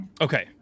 Okay